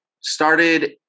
started